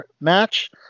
match